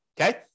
okay